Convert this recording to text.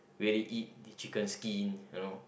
really eat the chicken skin you know